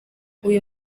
uyu